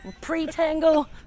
Pre-tangle